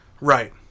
right